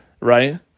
right